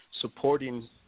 supporting